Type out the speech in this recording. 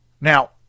Now